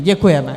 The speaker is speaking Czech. Děkujeme.